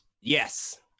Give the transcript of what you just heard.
Yes